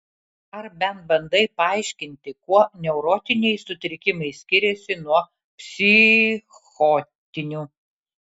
ar bent bandai paaiškinti kuo neurotiniai sutrikimai skiriasi nuo psichotinių